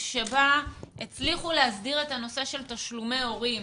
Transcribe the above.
שבה הצליחו להסדיר את הנושא של תשלומי הורים